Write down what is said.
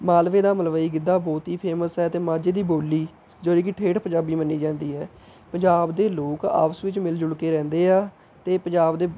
ਮਾਲਵੇ ਦਾ ਮਲਵਈ ਗਿੱਧਾ ਬਹੁਤ ਹੀ ਫੇਮਸ ਹੈ ਅਤੇ ਮਾਝੇ ਦੀ ਬੋਲੀ ਜਿਹੜੀ ਕਿ ਠੇਠ ਪੰਜਾਬੀ ਮੰਨੀ ਜਾਂਦੀ ਹੈ ਪੰਜਾਬ ਦੇ ਲੋਕ ਆਪਸ ਵਿੱਚ ਮਿਲ ਜੁਲ ਕੇ ਰਹਿੰਦੇ ਹੈ ਅਤੇ ਪੰਜਾਬ ਦੇ